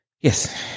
Yes